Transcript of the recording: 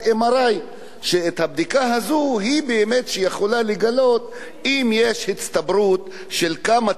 שיכולה לגלות אם יש הצטברות של כמה תאים שכבר